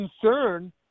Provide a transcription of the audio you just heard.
concern